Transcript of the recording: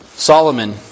Solomon